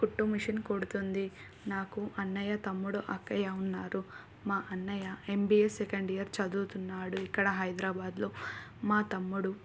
కుట్టు మిషన్ కుడుతుంది నాకు అన్నయ తమ్ముడు అక్కయ ఉన్నారు మా అన్నయ ఎంబీఏ సెకండ్ ఇయర్ చదువుతున్నాడు ఇక్కడ హైదరాబాదులో మా తమ్ముడు